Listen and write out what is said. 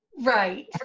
right